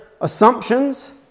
assumptions